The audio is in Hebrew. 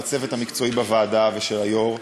של הצוות המקצועי בוועדה ושל היו"ר,